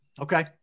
Okay